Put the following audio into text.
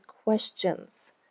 Questions